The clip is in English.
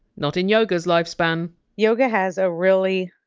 not in yoga! s lifespan yoga has a really,